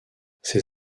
ses